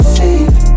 safe